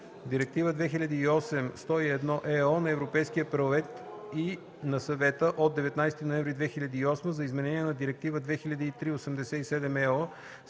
Директива 2008/101/ЕО на Европейския парламент и на Съвета от 19 ноември 2008 г. за изменение на Директива 2003/87/ЕО